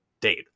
date